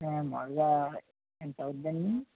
మళ్ళీ ఎంత అవుతుంది అండి